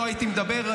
לא הייתי מדבר.